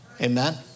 amen